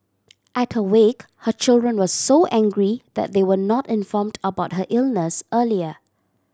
at her wake her children were so angry that they were not informed about her illness earlier